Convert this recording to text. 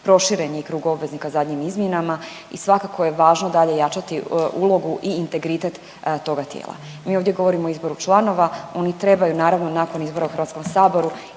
proširen je i krug obveznika zadnjim izmjenama i svakako je važno dalje jačati ulogu i integritet toga tijela. Mi ovdje govorimo o izboru članova oni trebaju naravno nakon izbora u HS-u imati